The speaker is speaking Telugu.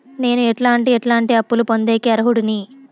నేను ఎట్లాంటి ఎట్లాంటి అప్పులు పొందేకి అర్హుడిని?